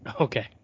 Okay